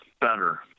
better